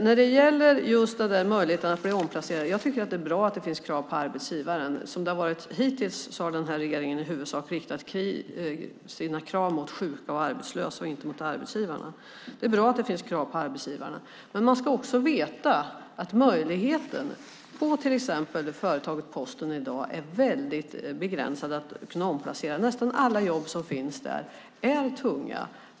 Jag tycker att det är bra att det finns krav på arbetsgivaren när det gäller möjligheter att bli omplacerad. Som det har varit hittills har den här regeringen i huvudsak riktat sina krav mot sjuka och arbetslösa och inte mot arbetsgivarna. Det är bra att det finns krav på arbetsgivarna. Man ska också veta att möjligheten att omplacera, till exempel på företaget Posten i dag, är väldigt begränsade. Nästan alla jobb som finns där är tunga.